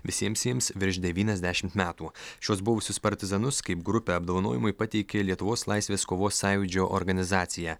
visiems jiems virš devyniasdešimt metų šiuos buvusius partizanus kaip grupę apdovanojimui pateikė lietuvos laisvės kovos sąjūdžio organizacija